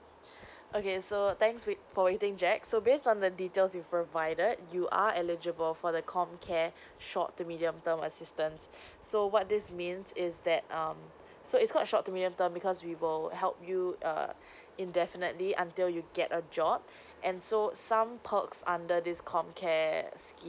okay so thanks wait for waiting jack so based on the details you provided you are eligible for the comcare short to medium term assistance so what this means is that um so it's called short to medium term because we will help you uh indefinitely until you get a job and so some perks under this comcare scheme